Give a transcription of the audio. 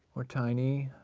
or tiny.